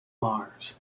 mars